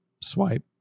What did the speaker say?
swipe